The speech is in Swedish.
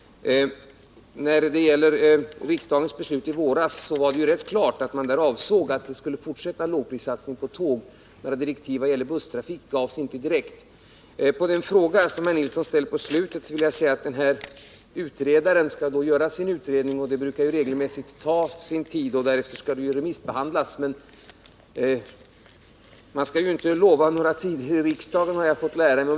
När det gäller riksdagens beslut i våras är det ju klart att man där avsåg att fortsätta med lågprissatsningen på tåg. Några direktiv vad gäller busstrafik gavs inte direkt. Som svar på den fråga herr Nilsson ställde på slutet vill jag säga att utredaren skall göra sin utredning, vilket regelmässigt brukar ta sin tid, och därefter skall utredningen remissbehandlas. Man skall ju inte lova någonting i riksdagen som man inte kan hålla, har jag fått lära mig.